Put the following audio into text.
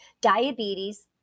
diabetes